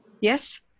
yes